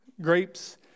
grapes